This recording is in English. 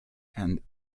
and